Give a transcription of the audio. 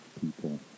people